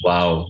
Wow